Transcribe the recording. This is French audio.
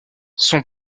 son